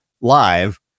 live